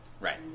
Right